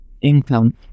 income